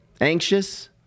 Anxious